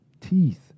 teeth